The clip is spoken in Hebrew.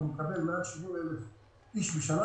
ומקבל מעל 70,000 בשנה,